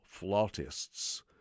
Flautists